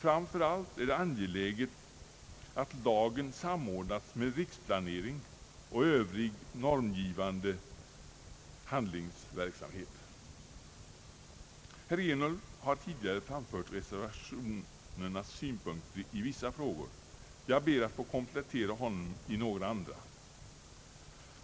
Framför allt är det angeläget att lagen samordnas med riksplanering och övrig normgivande verksamhet. Herr Ernulf har redan framfört reservanternas synpunkter i vissa frågor. Jag ber att få komplettera honom i några andra frågor.